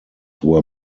were